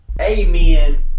Amen